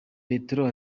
petero